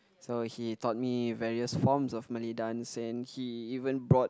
so he taught me various forms of Malay dance and he even brought